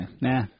Nah